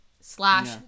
slash